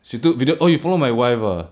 she took video oh you follow my wife ah